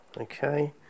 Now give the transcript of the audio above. Okay